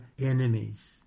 enemies